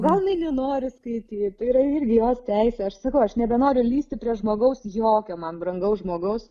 gal jinai nenori skaityt tai yra irgi jos teisė aš sakau aš nebenoriu lįsti prie žmogaus jokio man brangaus žmogaus